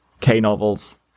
K-Novels